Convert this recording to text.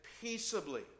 peaceably